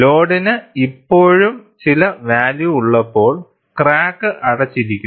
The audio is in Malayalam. ലോഡിന് ഇപ്പോഴും ചില വാല്യൂ ഉള്ളപ്പോൾ ക്രാക്ക് അടച്ചിരിക്കുന്നു